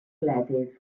gleddyf